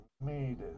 made